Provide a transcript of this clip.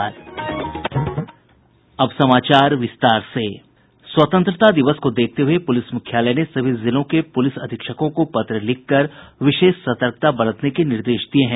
स्वतंत्रता दिवस को देखते हुए पुलिस मुख्यालय ने सभी जिलों के पुलिस अधीक्षकों को पत्र लिखकर विशेष सतर्कता बरतने के निर्देश दिये हैं